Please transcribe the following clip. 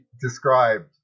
described